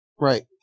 Right